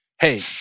hey